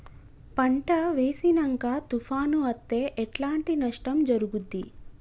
పంట వేసినంక తుఫాను అత్తే ఎట్లాంటి నష్టం జరుగుద్ది?